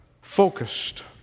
focused